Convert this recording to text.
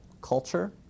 culture